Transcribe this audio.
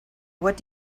what